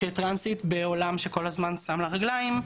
כטרנסית בעולם שכל הזמן שם לה רגליים,